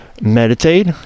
meditate